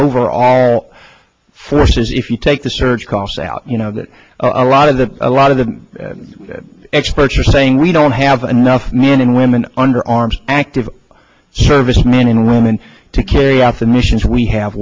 over all forces if you take the surge cost out you know that a lot of the a lot of the experts are saying we don't have enough men and women under arms active service men and women to carry out the missions we have